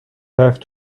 have